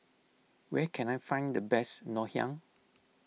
where can I find the best Ngoh Hiang